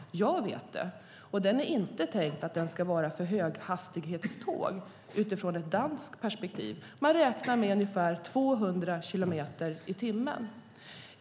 Jag vet det. Den är inte tänkt att vara för höghastighetståg utifrån ett danskt perspektiv. Man räknar med ungefär 200 kilometer i timmen.